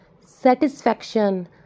satisfaction